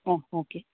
ಹಾಂ ಓಕೆ